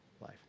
life